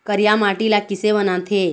करिया माटी ला किसे बनाथे?